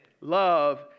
Love